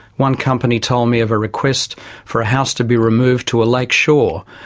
one company told me of a request for a house to be removed to a lake shore,